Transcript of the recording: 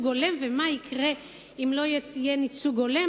הולם ומה יקרה אם לא יהיה ייצוג הולם,